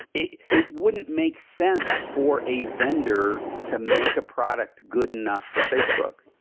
it it wouldn't make sense for a vendor to make a product good enough for facebook,